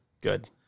Good